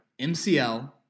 MCL